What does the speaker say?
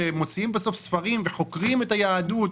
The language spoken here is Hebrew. מוציאים ספרים וחוקרים את היהדות.